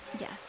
yes